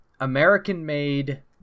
American-made